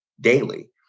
daily